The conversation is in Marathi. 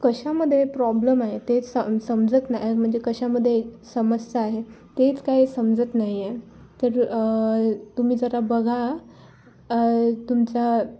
कशामध्ये प्रॉब्लेम आहे ते सम समजत नाही म्हणजे कशामध्ये समस्या आहे तेच काय समजत नाही आहे तर तुम्ही जरा बघा तुमच्या